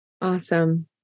Awesome